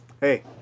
Hey